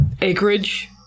acreage